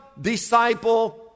disciple